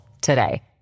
today